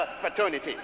fraternity